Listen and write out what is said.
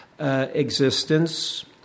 existence